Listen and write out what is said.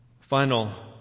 Final